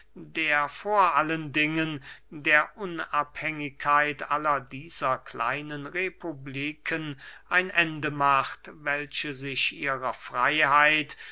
der vor allen dingen der unabhängigkeit aller dieser kleinen republiken ein ende macht welche sich ihrer freyheit